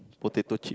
potato chip